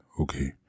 okay